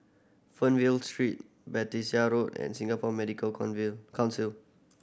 Fernvale Street Battersea Road and Singapore Medical Council